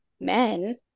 men